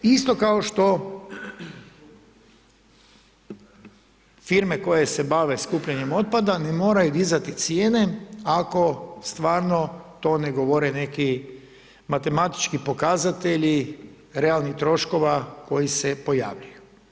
Isto kao što firme koje se bave skupljanjem otpada ne moraju dizati cijene ako stvarno to ne govore neki matematički pokazatelji realnih troškova koji se pojavljuju.